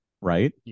right